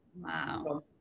Wow